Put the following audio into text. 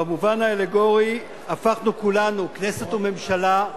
במובן האלגורי הפכנו כולנו, כנסת וממשלה,